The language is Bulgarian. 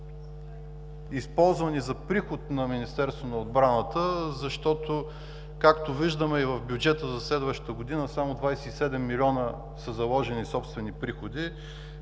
използвани за приход на Министерството на отбраната, защото, както виждаме и в бюджета за следващата година само 27 милиона са заложени собствени приходи.